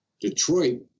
Detroit